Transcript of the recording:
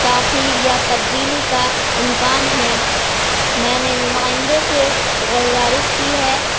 تاخیر یا تبدیلی کا امکان ہے میں نے نماائندے سے غلزارس کی ہے